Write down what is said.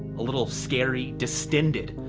a little scary, distended.